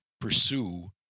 pursue